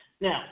Now